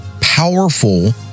powerful